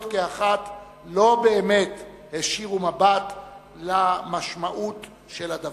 כאחת לא באמת הישירו מבט למשמעות של הדבר,